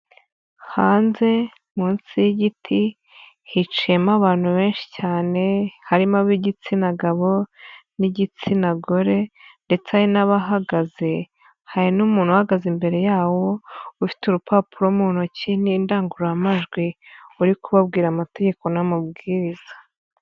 Hanze munsi y'igiti hiciyemo abantu benshi cyane harimo ab'igitsina gabo n'igitsina gore ndetse hari n'abahagaze, hari n'umuntu uhagaze imbere yabo ufite urupapuro mu ntoki n'indangururamajwi uri kubabwira amategeko n'amabwiriza.